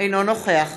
אינו נוכח